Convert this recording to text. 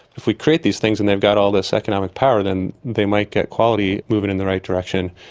if we create these things and they've got all this economic power then they might get quality moving in the right direction,